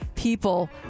people